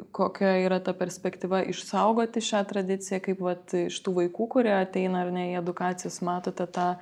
kokia yra ta perspektyva išsaugoti šią tradiciją kaip vat iš tų vaikų kurie ateina ar ne į edukacijas matote tą